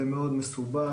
זה מאוד מסובך,